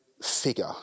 figure